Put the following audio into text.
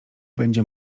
będzie